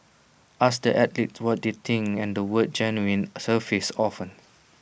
ask the athletes what they think and the word genuine surfaces often